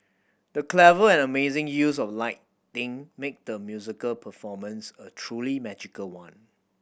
the clever and amazing use of lighting made the musical performance a truly magical one